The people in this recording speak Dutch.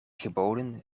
geboden